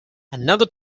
another